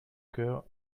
cœur